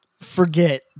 forget